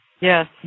Yes